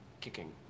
kicking